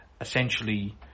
essentially